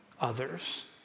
others